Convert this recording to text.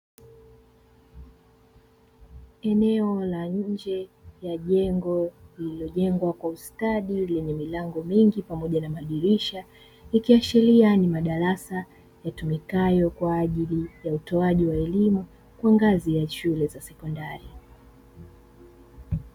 Eneo la nje ya jengo lililojengwa kwa ustadi lenye milango mingi pamoja na madirisha, ikiashiria ni madarasa yatumikayo kwa ajili ya utoaji wa elimu kwa ngazi ya shule za sekondari.